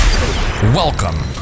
Welcome